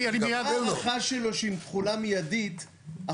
כיוון שהוא פנה אליי.